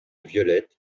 violettes